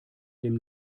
dem